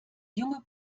junge